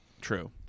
True